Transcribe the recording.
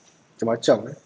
macam-macam eh